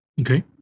okay